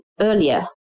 earlier